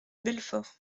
belfort